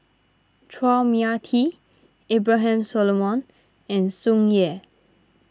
Chua Mia Tee Abraham Solomon and Tsung Yeh